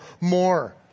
more